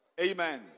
Amen